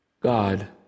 God